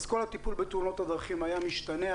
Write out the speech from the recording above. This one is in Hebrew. אז כל הטיפול בתאונות הדרכים היה משתנה,